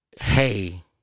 hey